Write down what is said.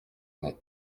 net